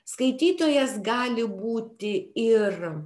skaitytojas gali būti ir